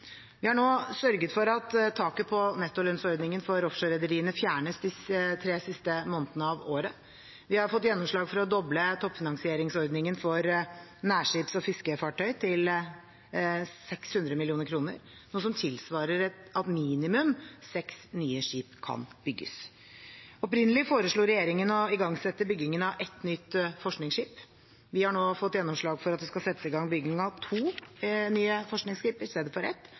Vi har nå sørget for at taket på nettolønnsordningen for offshorerederiene fjernes de tre siste månedene av året. Vi har fått gjennomslag for å doble toppfinansieringsordningen for nærskips- og fiskefartøy til 600 mill. kr, noe som tilsvarer at minimum seks nye skip kan bygges. Opprinnelig foreslo regjeringen å igangsette byggingen av ett nytt forskningsskip. Vi har nå fått gjennomslag for at det skal settes i gang bygging av to nye forskningsskip i stedet for ett,